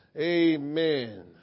amen